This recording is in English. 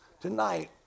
Tonight